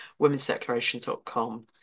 womensdeclaration.com